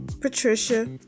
Patricia